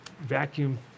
vacuum